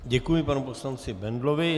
Děkuji panu poslanci Bendlovi.